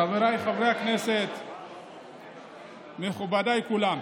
חבר הכנסת קרעי, תודה.